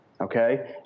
okay